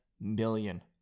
million